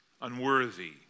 unworthy